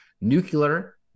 Nuclear